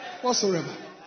Whatsoever